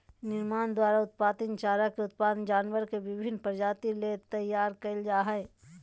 निर्माण द्वारा उत्पादित चारा के विभिन्न जानवर के विभिन्न प्रजाति ले तैयार कइल जा हइ